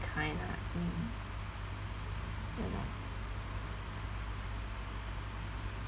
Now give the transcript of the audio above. that kind lah mm ya lor